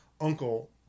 uncle